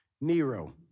Nero